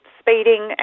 speeding